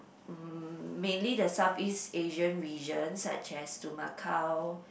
mm mainly the Southeast-Asian region such as to Macau